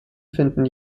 finden